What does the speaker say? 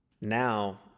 Now